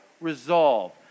resolve